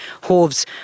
hooves